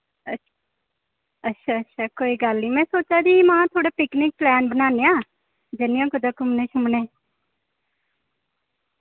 अ अच्छा अच्छा कोई गल्ल नि में सोच्चा दी ही महा थोह्ड़ा पिकनिक प्लान बनान्ने आं जन्नेआं कुतै घुम्मने शुम्मने